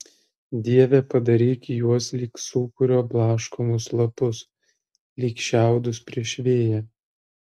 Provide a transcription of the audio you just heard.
dieve padaryk juos lyg sūkurio blaškomus lapus lyg šiaudus prieš vėją